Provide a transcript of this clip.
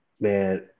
man